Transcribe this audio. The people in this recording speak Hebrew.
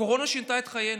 הקורונה שינתה את חיינו.